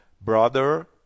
Brother